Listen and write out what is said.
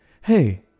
hey